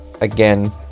again